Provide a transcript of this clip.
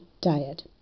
diet